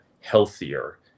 healthier